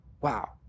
wow